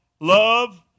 Love